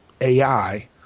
AI